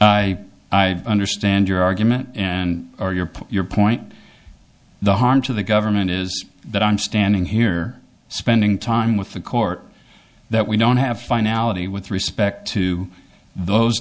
harm i understand your argument and or your put your point the harm to the government is that i'm standing here spending time with the court that we don't have finality with respect to those